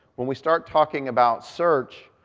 when we start talking about search,